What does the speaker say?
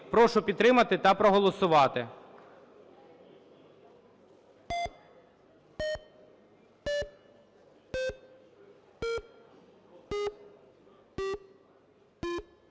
Прошу підтримати та голосувати.